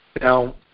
Now